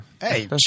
Hey